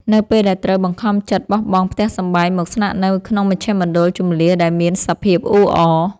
នៅពេលដែលត្រូវបង្ខំចិត្តបោះបង់ផ្ទះសម្បែងមកស្នាក់នៅក្នុងមជ្ឈមណ្ឌលជម្លៀសដែលមានសភាពអ៊ូអរ។